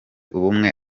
ubumwe